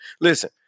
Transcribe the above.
Listen